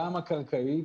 גם הכלכלית,